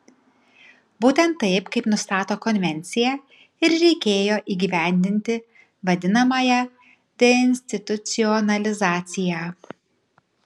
būtent taip kaip nustato konvencija ir reikėjo įgyvendinti vadinamąją deinstitucionalizaciją